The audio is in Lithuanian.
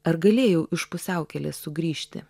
ar galėjau iš pusiaukelės sugrįžti